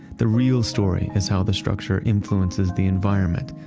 the real story is how the structure influences the environment,